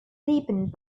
deepened